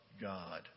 God